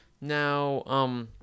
now